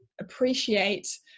appreciate